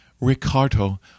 Ricardo